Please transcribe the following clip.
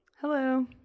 Hello